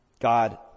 God